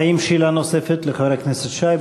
האם יש שאלה נוספת לחבר הכנסת שי?